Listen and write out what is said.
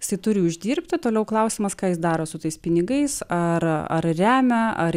jisai turi uždirbti toliau klausimas ką jis daro su tais pinigais ar ar remia ar